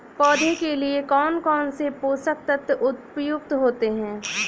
पौधे के लिए कौन कौन से पोषक तत्व उपयुक्त होते हैं?